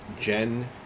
Jen